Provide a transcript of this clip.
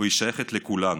והיא שייכת לכולנו: